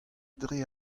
dre